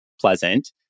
pleasant